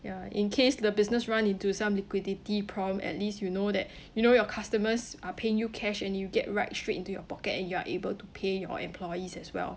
ya in case the business run into some liquidity problem at least you know that you know your customers are paying you cash and you get right straight into your pocket and you are able to pay your employees as well